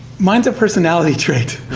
mine's a personality trait,